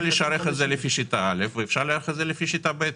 לשערך את זה לפי שיטה א' ואפשר לשערך את זה לפי שיטה ב',